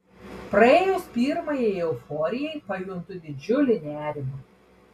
praėjus pirmajai euforijai pajuntu didžiulį nerimą